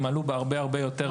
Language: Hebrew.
הם עלו בהרבה הרבה יותר.